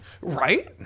Right